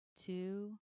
two